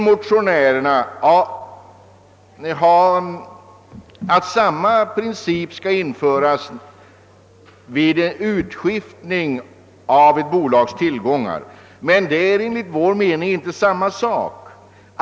Motionärerna önskar att samma princip skall införas vid utskiftning av ett bolags tillgångar, men det är enligt vår mening inte samma sak.